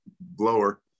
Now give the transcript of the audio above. blower